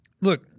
look